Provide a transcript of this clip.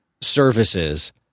services